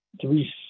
three